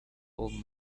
old